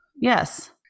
yes